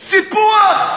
סיפוח.